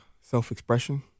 self-expression